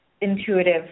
intuitive